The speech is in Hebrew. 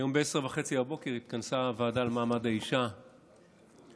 היום ב-10:30 התכנסה הוועדה למעמד האישה בחדרה.